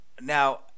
now